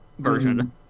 Version